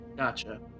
Gotcha